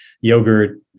yogurt